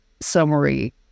summary